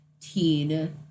teen